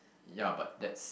ya but that's